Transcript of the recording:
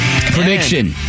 Prediction